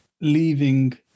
leaving